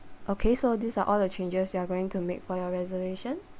okay so these are all the changes you are going to make for your reservation